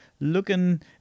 looking